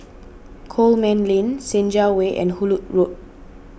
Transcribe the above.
Coman Lane Senja Way and Hullet Road